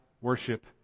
worship